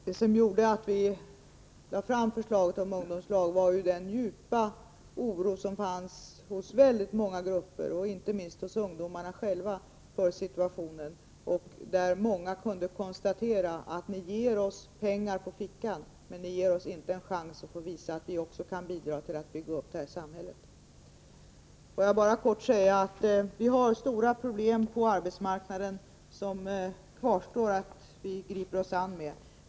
Det som gjorde att vi lade fram förslaget om ungdomslag var den djupa oro som fanns hos väldigt många grupper, inte minst hos ungdomarna själva, för situationen. Många kunde konstatera: Ni ger oss pengar på fickan, men ni ger oss inte en chans att få visa att vi också kan bidra till att bygga upp detta samhälle. Det kvarstår stora problem på arbetsmarknaden som vi måste gripa oss an med.